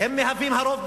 זה מה שמוצע כאן